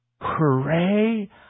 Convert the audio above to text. hooray